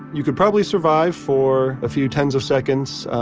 you could probably survive for a few tens of seconds,